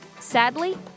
Sadly